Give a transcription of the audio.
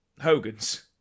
Hogan's